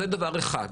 זה דבר אחד.